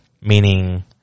Meaning